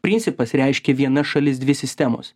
principas reiškia viena šalis dvi sistemos